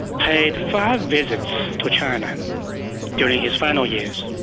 paid five visits to china during his final years.